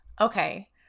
Okay